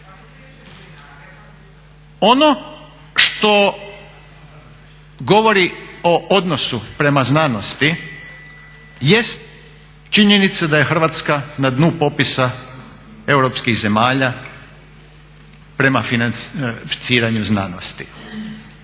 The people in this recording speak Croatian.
Ono što govori o odnosu prema znanosti jest činjenica da je Hrvatska na dnu popisa europskih zemalja prema financiranju znanosti.